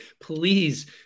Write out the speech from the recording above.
please